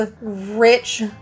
rich